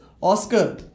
Oscar